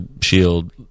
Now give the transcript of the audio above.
shield